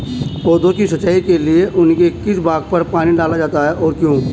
पौधों की सिंचाई के लिए उनके किस भाग पर पानी डाला जाता है और क्यों?